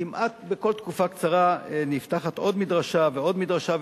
כמעט בכל תקופה קצרה נפתחת עוד מדרשה ועוד מדרשה.